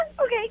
Okay